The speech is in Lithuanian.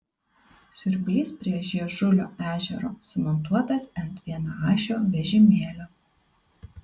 siurblys prie žiežulio ežero sumontuotas ant vienaašio vežimėlio